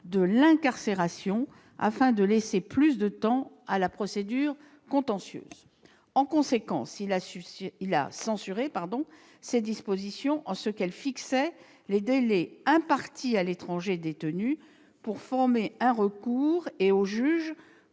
de l'incarcération, afin de laisser plus de temps à la procédure contentieuse. En conséquence, le Conseil a censuré cette disposition en ce qu'elle fixait les délais impartis à l'étranger détenu pour former un recours et au juge